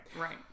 Right